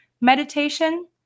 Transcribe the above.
meditation